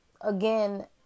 again